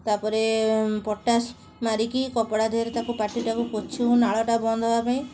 ତା'ପରେ ପଟାସ୍ ମାରିକି କପଡ଼ା ଦେହରେ ତାକୁ ପାଟିଟାକୁ ପୋଛୁ ନାଳଟା ବନ୍ଦ ହେବା ପାଇଁ